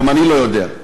גם אני לא יודע.